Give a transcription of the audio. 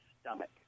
stomach